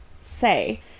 say